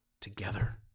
together